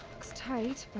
looks tight. but,